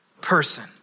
person